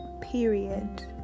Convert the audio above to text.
period